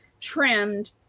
trimmed